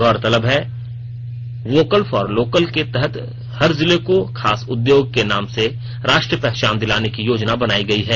गौरतलब है vocal for local के तहत हर जिले को खास उद्योग के नाम से राष्ट्रीय पहचान दिलाने की योजना बनाई गई है